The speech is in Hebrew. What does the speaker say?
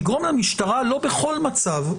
שיגרום למשטרה לא בכל מצב,